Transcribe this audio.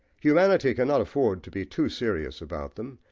humanity cannot afford to be too serious about them,